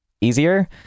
easier